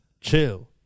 chill